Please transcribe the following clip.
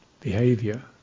behavior